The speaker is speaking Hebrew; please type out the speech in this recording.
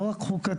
לא רק חוקתיים,